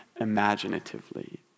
imaginatively